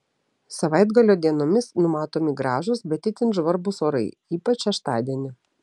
savaitgalio dienomis numatomi gražūs bet itin žvarbus orai ypač šeštadienį